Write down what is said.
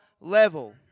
level